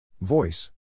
Voice